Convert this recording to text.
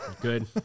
good